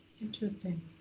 Interesting